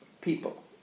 people